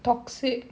toxic